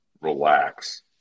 Relax